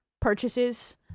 purchases